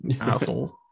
assholes